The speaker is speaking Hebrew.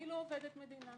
אני לא עובדת מדינה.